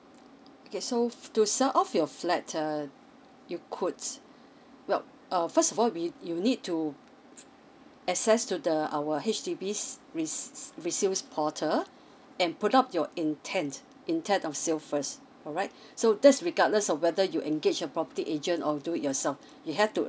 okay so to sell off your flat err you could well err first of all we you need to access to the our H_D_B res~ resale portal and put up your intend intend on sale first alright so that's regardless of whether you engage a property agent or do it yourself you have to